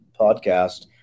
podcast